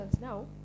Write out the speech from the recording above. now